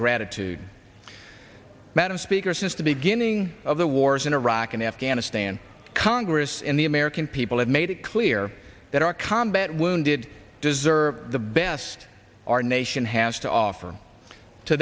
gratitude madam speaker since the beginning of the wars in iraq and afghanistan congress and the american people have made it clear that our combat wounded deserve the best our nation has to offer to